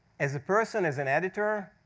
as a person, as an editor,